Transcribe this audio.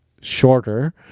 shorter